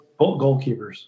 goalkeepers